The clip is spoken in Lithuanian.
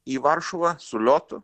į varšuvą su liotu